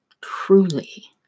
truly